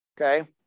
okay